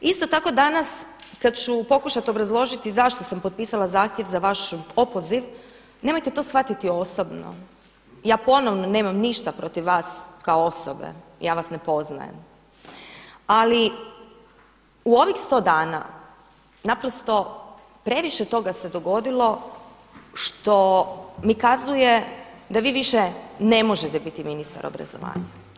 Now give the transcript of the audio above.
Isto tako danas kada ću pokušati obrazložiti zašto sam potpisala zahtjev za vaš opoziv, nemojte to shvatiti osobno, ja ponovno nemam ništa protiv vas kao osobe, ja vas ne poznajem ali u ovih 100 dana naprosto previše toga se dogodilo što mi kazuje da vi više ne možete biti ministar obrazovanja.